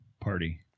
Party